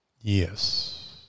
Yes